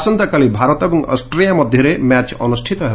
ଆସନ୍ତାକାଲି ଭାରତ ଏବଂ ଅଷ୍ଟ୍ରିଆ ମଧ୍ୟରେ ମ୍ୟାଚ୍ ଅନୁଷ୍ଠିତ ହେବ